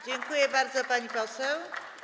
Dziękuję bardzo, pani poseł.